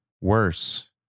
worse